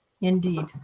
Indeed